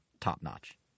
top-notch